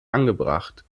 angebracht